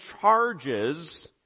charges